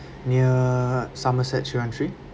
near somerset three one three